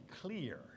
clear